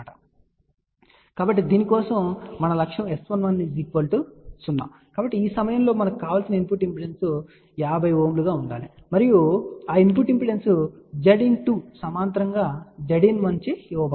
కాబట్టి దీని కోసం మన లక్ష్యం S11 0 కాబట్టి ఈ సమయంలో మనకు కావలసిన ఇన్పుట్ ఇంపిడెన్స్ 50 Ω గా ఉండాలి మరియు ఆ ఇన్పుట్ ఇంపిడెన్స్ Zin2 సమాంతరంగా Zin 1 చే ఇవ్వబడుతుంది